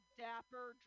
dapper